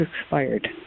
expired